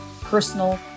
personal